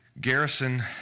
garrison